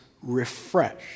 refreshed